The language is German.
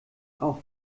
auf